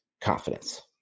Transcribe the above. confidence